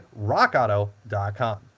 rockauto.com